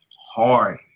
hard